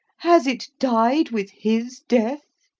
has it died with his death?